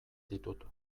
ditut